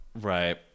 Right